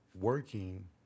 Working